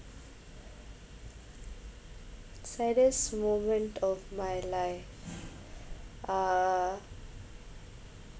saddest moment of my life uh